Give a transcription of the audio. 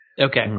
okay